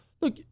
Look